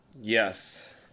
Yes